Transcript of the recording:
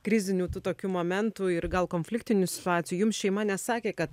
krizinių tų tokių momentų ir gal konfliktinių situacijų jums šeima nesakė kad